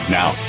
now